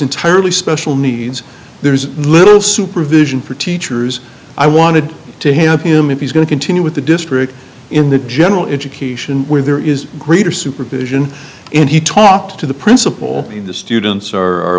entirely special needs there's little supervision for teachers i wanted to have him if he's going to continue with the district in the general education where there is greater supervision and he talked to the principal and the students